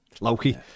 Loki